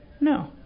No